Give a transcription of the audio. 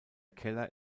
keller